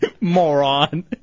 Moron